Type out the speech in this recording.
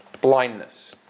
blindness